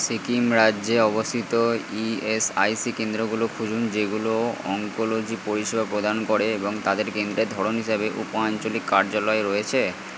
সিকিম রাজ্যে অবস্থিত ইএসআইসি কেন্দ্রগুলো খুঁজুন যেগুলো অঙ্কোলজি পরিষেবা প্রদান করে এবং তাদের কেন্দ্রের ধরন হিসাবে উপ আঞ্চলিক কার্যালয় রয়েছে